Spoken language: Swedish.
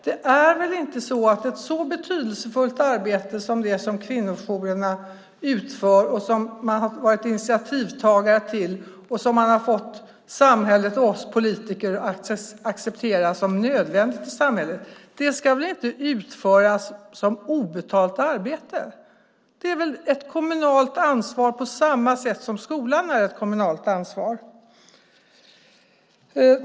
Det är väl inte så att ett så betydelsefullt arbete som det som kvinnojourerna utför och som man har varit initiativtagare till och fått samhället och oss politiker att acceptera som nödvändigt i samhället ska utföras som obetalt arbete? Det är väl ett kommunalt ansvar, på samma sätt som skolan är ett kommunalt ansvar?